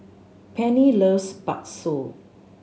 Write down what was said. Pennie loves Bakso